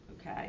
okay